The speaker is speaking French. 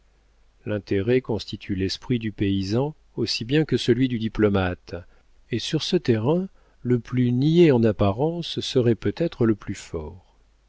l'intérêt constitue l'esprit du paysan aussi bien que celui du diplomate et sur ce terrain le plus niais en apparence serait peut-être le plus fort